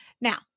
Now